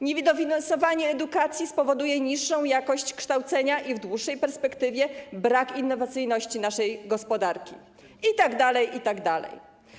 Niedofinansowanie edukacji spowoduje niższą jakość kształcenia i w dłuższej perspektywie brak innowacyjności naszej gospodarki itd., itd.